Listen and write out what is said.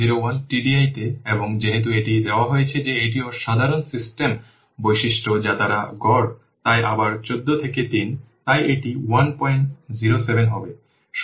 001 TDI তে এবং যেহেতু এটি দেওয়া হয়েছে যে এটিও সাধারণ সিস্টেম বৈশিষ্ট্য যা তারা গড় তাই আবার 14 থেকে 3 তাই এটি 107 হবে